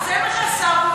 זה מה שהשר,